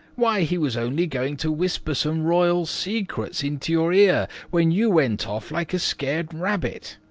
why, he was only going to whisper some royal secrets into your ear when you went off like a scared rabbit.